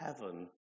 heaven